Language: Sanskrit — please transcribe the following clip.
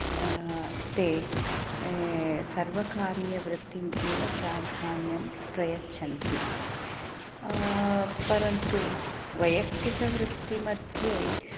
ते सर्वकारीयवृत्तिम् एव प्राधान्यं प्रयच्छन्ति परन्तु वैयक्तिकवृत्तिमध्ये